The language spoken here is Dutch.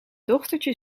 dochtertje